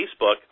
Facebook